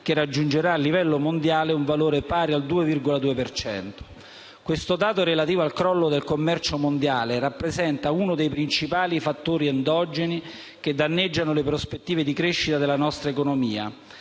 che raggiungerà a livello mondiale un valore pari al 2,2 per cento. Questo dato relativo al crollo del commercio mondiale rappresenta uno dei principali fattori endogeni che danneggiano le prospettive di crescita della nostra economia,